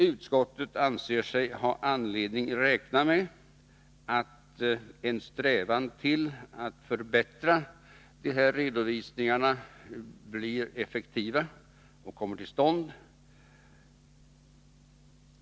Utskottet anser sig ha anledning räkna med att en strävan att förbättra redovisningarna så att de blir effektiva kommer till stånd.